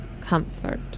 comfort